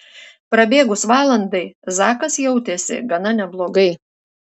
prabėgus valandai zakas jautėsi gana neblogai